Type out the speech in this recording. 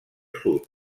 sud